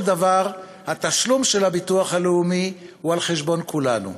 דבר התשלום של הביטוח הלאומי הוא על חשבון כולנו.